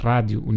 Rádio